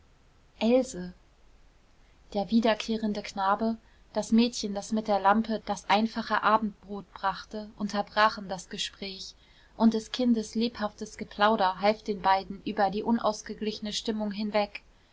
else der wiederkehrende knabe das mädchen das mit der lampe das einfache abendbrot brachte unterbrachen das gespräch und des kindes lebhaftes geplauder half den beiden über die unausgeglichene stimmung hinweg